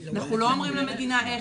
אנחנו לא אומרים למדינה איך,